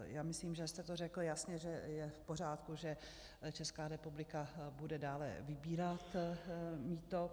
Já myslím, že jste to řekl jasně, že je v pořádku, že Česká republika bude dále vybírat mýto.